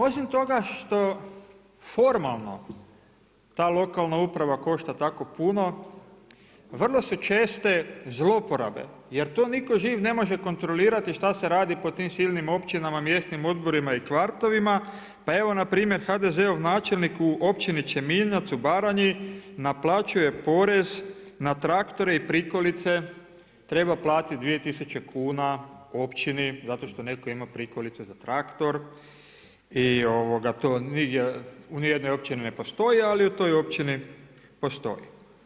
Osim toga što formalno ta lokalna uprava košta tako puno, vrlo su česte zlouporabe jer to nitko živ ne može kontrolirati šta se radi po tim silnim općinama, mjesnim odborima i kvartovima pa evo npr. HDZ-ov načelnik u Općini Čeminac u Baranji, naplaćuje porez na traktore i prikolice, treba platiti 2 tisuće kuna općini zato što netko ima prikolice za traktor i to u nijednoj općini ne postoji, ali u toj općini postoji.